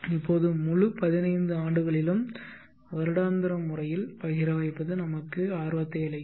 இப்போது முழு 15 ஆண்டுகளிலும் வருடாந்திர முறையில் பகிர வைப்பது நமக்கு ஆர்வத்தை அளிக்கும்